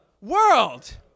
World